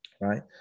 right